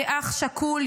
כאח שכול,